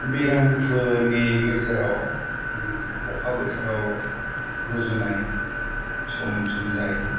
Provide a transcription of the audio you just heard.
बेरामफोरनि गेजेराव अखा बोथोराव गुजुनाय सम सम जायो